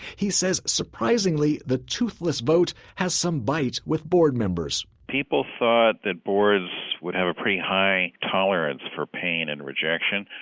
he says, surprisingly, the tooth-less vote has some bite with board members people thought that boards would have a pretty high tolerance for pain and rejection.